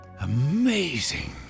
Amazing